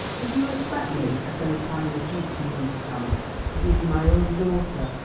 if you expect me at any time in the future, you understand to give you my only daughter,